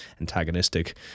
antagonistic